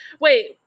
Wait